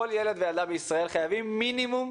כל ילד וילדה בישראל חייבים מינימום